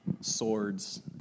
swords